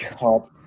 God